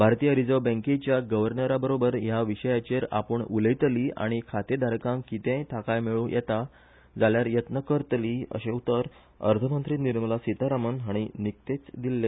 भारतीय रीझर्व बँकेच्या गर्वनराबरोबर ह्या विषयाचेर आपूण उलयतली आनी खाते धारकांक कितेय थाकाय मेळू येता जाल्यार यत्न करतली अशे उतर अर्थमंत्री निर्मला सिथारमण हाणी निकतेच दिल्ले